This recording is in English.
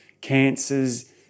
cancers